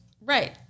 right